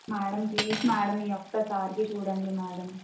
madam please madam ఈ ఒక్కసారికి చూడండి మేడం